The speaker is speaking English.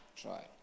Try